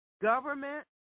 government